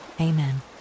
amen